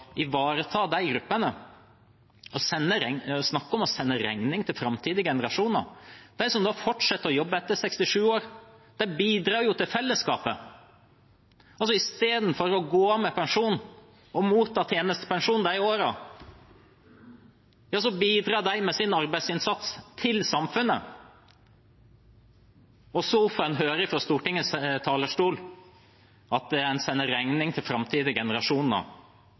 ivareta de gruppene, men snakker om å sende regningen til framtidige generasjoner. De som fortsetter å jobbe etter 67 år, bidrar til fellesskapet. Istedenfor å gå av med pensjon og motta tjenestepensjon de årene bidrar de med sin arbeidsinnsats til samfunnet. Så får en høre fra Stortingets talerstol at en sender regningen til framtidige generasjoner